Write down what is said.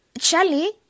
Charlie